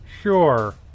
Sure